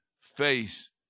face